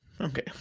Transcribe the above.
Okay